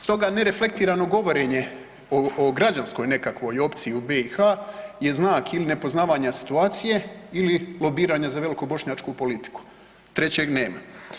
Stoga nereflektirano govorenje o građanskoj nekakvoj opciji u BiH je znak ili nepoznavanja situacije ili lobiranja za velikobošnjačku politiku, trećeg nema.